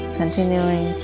continuing